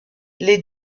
les